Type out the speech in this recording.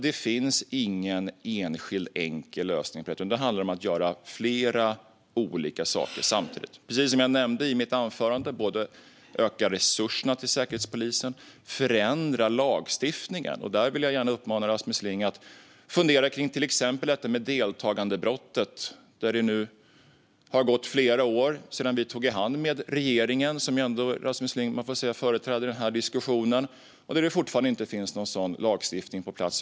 Det finns ingen enskild, enkel lösning på det, utan det handlar om att göra flera olika saker samtidigt. Precis som jag nämnde i mitt anförande behöver vi både öka resurserna till Säkerhetspolisen och förändra lagstiftningen. Där vill jag gärna uppmana Rasmus Ling att fundera exempelvis på detta med deltagandebrottet. Där har det nu gått flera år sedan vi tog i hand med regeringen, som ju Rasmus Ling ändå får sägas företräda i den här diskussionen, och det finns fortfarande inte någon sådan lagstiftning på plats.